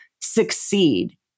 succeed